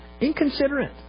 inconsiderate